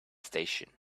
station